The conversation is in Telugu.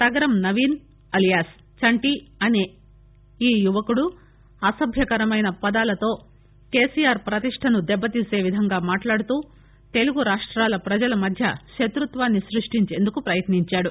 తగరం నవీస్ అలియాస్ చంటి అనే ఈ యువకుడు అసభ్యకరమైన పదాలతో కేసీఆర్ ప్రతిష్టను దెబ్బతీసే విధంగా మాట్లాడుతూ తెలుగు రాష్టాల ప్రజల మధ్య శత్పత్వాన్ని స్ఫష్టించేందుకు ప్రయత్ని ంచాడు